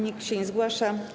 Nikt się nie zgłasza.